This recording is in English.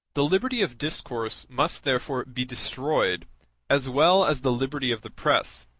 the liberty of discourse must therefore be destroyed as well as the liberty of the press